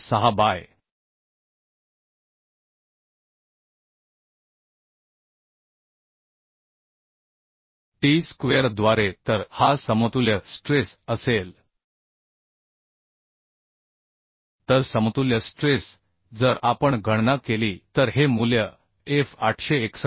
6 by t स्क्वेअरद्वारे तर हा समतुल्य स्ट्रेस असेल तर समतुल्य स्ट्रेस जर आपण गणना केली तर हे मूल्य f 861